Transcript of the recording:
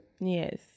Yes